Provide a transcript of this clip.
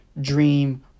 dream